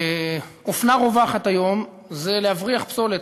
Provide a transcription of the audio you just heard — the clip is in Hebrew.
אופנה רווחת היום זה להבריח פסולת